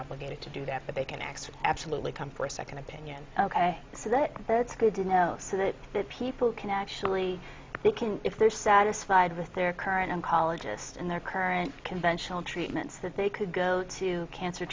obligated to do that but they can access absolutely come for a second opinion ok so that that's good to know so that people can actually they can if they're satisfied with their current oncologist and their current conventional treatments that they could go to cancer